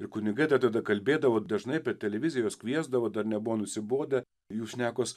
ir kunigai tada kalbėdavo dažnai per televizijas kviesdavo dar nebuvo nusibodę jų šnekos